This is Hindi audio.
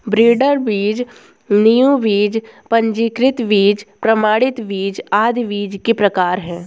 ब्रीडर बीज, नींव बीज, पंजीकृत बीज, प्रमाणित बीज आदि बीज के प्रकार है